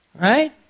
right